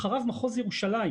אחריו מחוז ירושלים